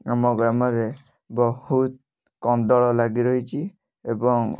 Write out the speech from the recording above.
ଆମ ଗ୍ରାମରେ ବହୁତ କନ୍ଦଳ ଲାଗି ରହିଛି ଏବଂ